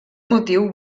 motiu